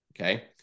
Okay